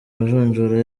majonjora